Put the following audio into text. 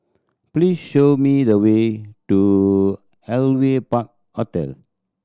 please show me the way to Aliwal Park Hotel